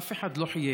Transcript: אף אחד לא חייב.